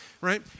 right